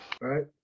right